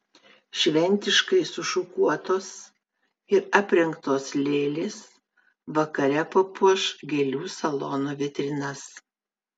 šventiškai sušukuotos ir aprengtos lėlės vakare papuoš gėlių salono vitrinas